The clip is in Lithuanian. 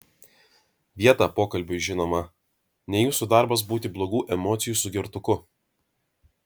vietą pokalbiui žinoma ne jūsų darbas būti blogų emocijų sugertuku